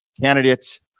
candidates